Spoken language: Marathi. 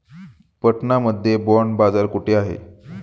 पटना मध्ये बॉंड बाजार कुठे आहे?